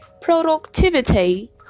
productivity